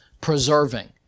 preserving